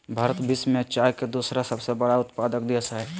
भारत विश्व में चाय के दूसरा सबसे बड़ा उत्पादक देश हइ